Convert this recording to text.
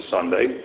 Sunday